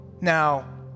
Now